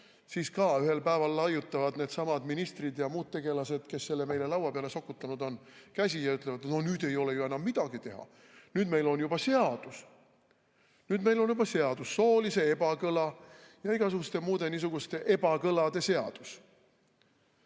siis ka ühel päeval laiutavad needsamad ministrid ja muud tegelased, kes selle meile laua peale sokutanud on, käsi ja ütlevad, et no nüüd ei ole ju enam midagi teha, nüüd meil on juba seadus, nüüd meil on juba seadus, soolise ebakõla ja igasuguste muude niisuguste ebakõlade seadus.